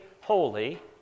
holy